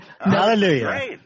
Hallelujah